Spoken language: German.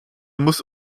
muss